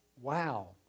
Wow